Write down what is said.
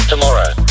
Tomorrow